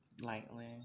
lightly